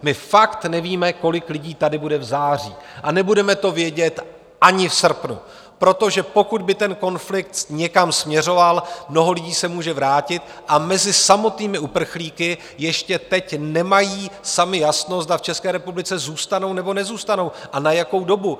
My fakt nevíme, kolik lidí tady bude v září, a nebudeme to vědět ani v srpnu, protože pokud by ten konflikt někam směřoval, mnoho lidí se může vrátit, a mezi samotnými uprchlíky ještě teď nemají sami jasno, zda v České republice zůstanou, nebo nezůstanou a na jakou dobu.